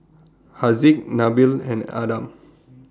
Haziq Nabil and Adam